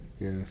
yes